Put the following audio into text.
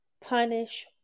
punish